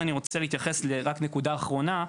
פתרון משבר האקלים,